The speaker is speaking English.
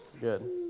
Good